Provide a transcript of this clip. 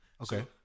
Okay